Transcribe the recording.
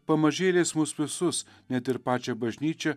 pamažėliais mus visus net ir pačią bažnyčią